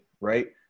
right